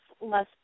less